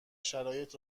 شرایط